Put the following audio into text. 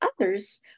others